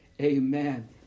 amen